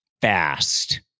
fast